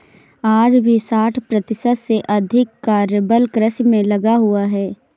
आज भी साठ प्रतिशत से अधिक कार्यबल कृषि में लगा हुआ है